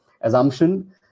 assumption